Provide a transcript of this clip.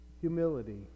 humility